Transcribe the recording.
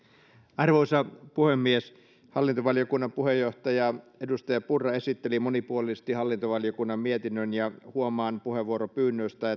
arvoisa puhemies hallintovaliokunnan puheenjohtaja edustaja purra esitteli monipuolisesti hallintovaliokunnan mietinnön ja huomaan puheenvuoropyynnöistä